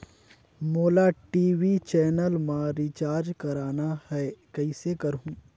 मोला TV channel मा recharge करना हे, कइसे करहुँ?